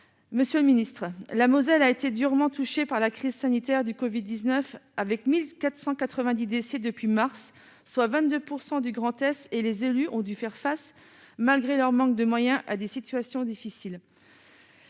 Monsieur le ministre, la Moselle a été durement touché par la crise sanitaire du COVID 19 avec 1490 décès depuis mars, soit 22 % du Grand-Est et les élus ont dû faire face malgré leur manque de moyens à des situations difficiles.